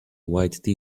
white